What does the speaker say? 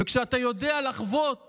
וכשאתה יודע לחוות